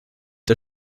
der